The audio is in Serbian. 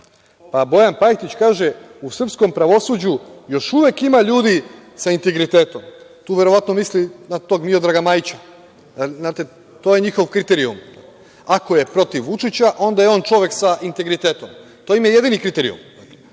Bojan Pajtić kaže - u srpskom pravosuđu još uvek ima ljudi sa integritetom. Tu verovatno misli na tog Miodraga Majića. Znate, to je njihov kriterijum - ako je protiv Vučića, onda je on čovek sa integritetom. To im je jedini kriterijum.